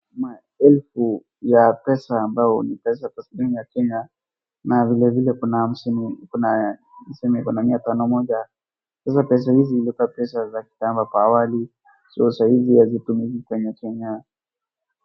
Maelfu ya pesa ambayo ni pesa taslimu ya Kenya na vilevile kuna hamsini kuna tuseme kuna mia tano moja. Sasa pesa hizi ilikuwa pesa za kitambo hapo awali so saizi hazitumiki kwenye Kenya.